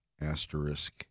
asterisk